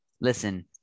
Listen